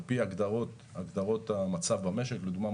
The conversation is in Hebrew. על פי הגדרות המצב במשק לדוגמה,